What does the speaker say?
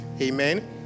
amen